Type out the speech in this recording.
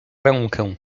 rękę